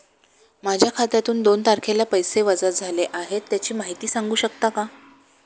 माझ्या खात्यातून दोन तारखेला पैसे वजा झाले आहेत त्याची माहिती सांगू शकता का?